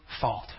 fault